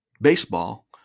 baseball